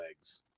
legs